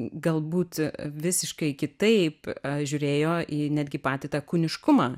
galbūt visiškai kitaip žiūrėjo į netgi patį tą kūniškumą